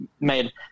made